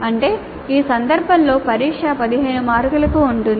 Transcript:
అంటే ఈ సందర్భంలో పరీక్ష 15 మార్కులకు ఉంటుంది